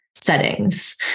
settings